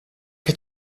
che